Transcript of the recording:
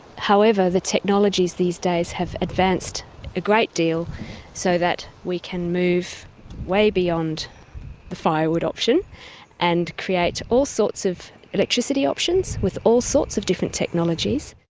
however, the technologies these days have advanced a great deal so that we can move way beyond the firewood option and create all sorts of energy electricity options with all sorts of different technologies.